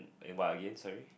eh what again sorry